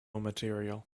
material